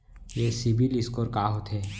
ये CIBIL score का होथे?